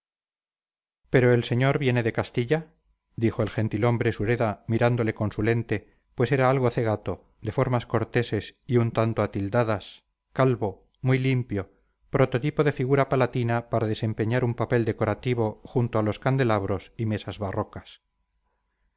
pero el señor viene de castilla dijo el gentil-hombre sureda mirándole con su lente pues era algo cegato de formas corteses y un tanto atildadas calvo muy limpio prototipo de figura palatina para desempeñar un papel decorativo junto a los candelabros y mesas barrocas